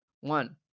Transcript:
One